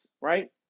right